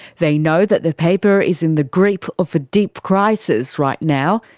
they know that the paper is in the grip of a deep crisis right now,